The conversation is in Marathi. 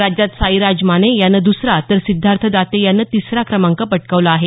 राज्यात साईराज माने यानं दुसरा तर सिद्धार्थ दाते यानं तिसरा क्रमांक पटकावला आहे